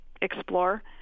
explore